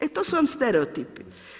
E, to su vam stereotipi.